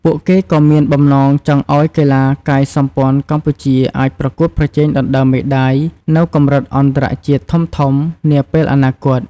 ពួកគេក៏មានបំណងចង់ឱ្យកីឡាកាយសម្ព័ន្ធកម្ពុជាអាចប្រកួតប្រជែងដណ្តើមមេដៃនៅកម្រិតអន្តរជាតិធំៗនាពេលអនាគត។